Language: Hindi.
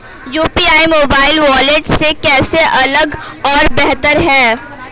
यू.पी.आई मोबाइल वॉलेट से कैसे अलग और बेहतर है?